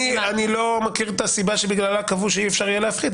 אני לא מכיר את הסיבה שבגללה קבעו שאי אפשר יהיה להפחית.